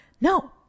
No